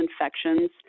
infections